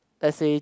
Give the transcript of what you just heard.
let say